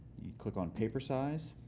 click on paper size.